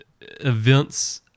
events